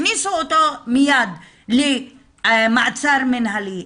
הכניסו אותו מייד למעצר מנהלי.